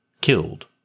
killed